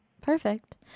Perfect